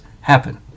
happen